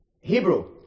Hebrew